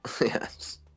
yes